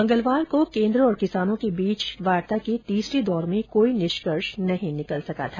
मंगलवार को कोन्द्र और किसानों के बीच वार्ता के तीसरे दौर में कोई निष्कर्ष नहीं निकल सका था